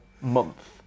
month